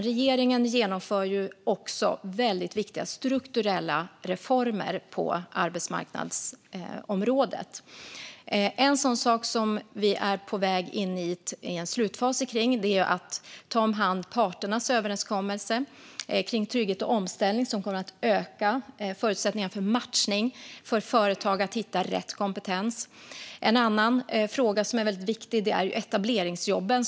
Regeringen genomför också väldigt viktiga strukturella reformer på arbetsmarknadsområdet. En sådan sak som vi är på väg in i en slutfas i är att ta om hand parternas överenskommelse om trygghet och omställning. Det kommer att öka förutsättningarna för matchning och för företag att hitta rätt kompetens. En annan fråga som är väldigt viktig är etableringsjobben.